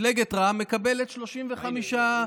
מפלגת רע"מ מקבלת 35 אימאמים.